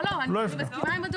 לא, לא, אני מסכימה עם אדוני.